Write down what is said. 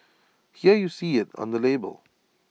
here you see IT on the label